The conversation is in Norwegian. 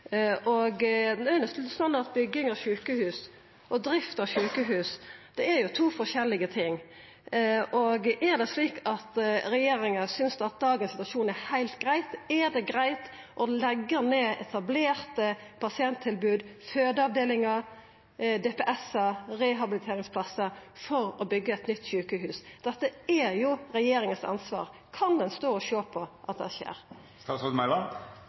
Bygging av sjukehus og drift av sjukehus er to forskjellige ting. Er det slik at regjeringa synest at dagens situasjon er heilt grei? Er det greitt å leggja ned etablerte pasienttilbod, fødeavdelingar, DPS-ar og rehabiliteringsplassar for å byggja eit nytt sjukehus? Dette er jo regjeringa sitt ansvar. Kan ein stå og sjå på at det